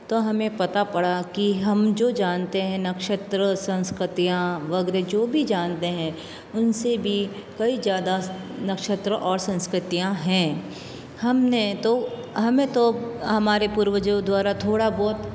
तो हमें पता पड़ा कि हम जो जानते हैं नक्षत्र संस्कृतियाँ वग़ैरह जो भी जानते हैं उन से भी कई ज़्यादा नक्षत्र और संस्कृतियाँ हैं हम ने तो हमें तो हमारे पूर्वजों द्वारा थोड़ा बहुत